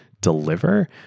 deliver